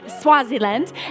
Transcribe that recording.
Swaziland